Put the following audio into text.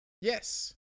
Yes